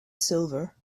silver